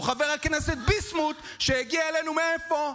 או חבר הכנסת ביסמוט, שהגיע אלינו, מאיפה?